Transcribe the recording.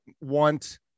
want